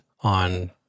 on